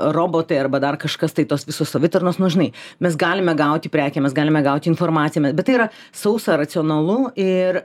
robotai arba dar kažkas tai tos visos savitarnos nu žinai mes galime gauti prekę mes galime gauti informaciją bet tai yra sausa racionalu ir